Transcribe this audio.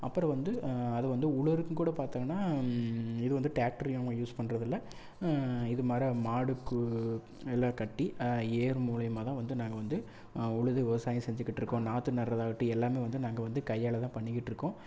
அப்புறம் வந்து அது வந்து உழவுக்குன்னு கூட பார்த்தாங்கன்னா இது வந்து ட்ராக்ட்ரையும் அவங்க யூஸ் பண்ணுறதில்ல இது மர மாட்டுக்கு நல்லா கட்டி ஏர் மூலமா தான் வந்து நாங்கள் வந்து உழுது விவசாயம் செஞ்சிக்கிட்டுருக்கோம் நாற்று நடுறதாகட்டும் எல்லாமே வந்து நாங்கள் வந்து கையால் தான் பண்ணிக்கிட்டுருக்கோம்